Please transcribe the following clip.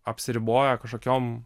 apsiriboja kažkokiom